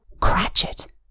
Cratchit